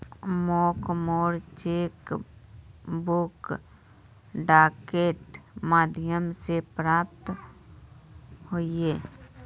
मोक मोर cheque book डाकेर माध्यम से प्राप्त होइए